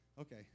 Okay